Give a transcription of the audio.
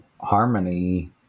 harmony